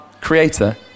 creator